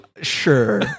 Sure